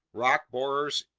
rock borers,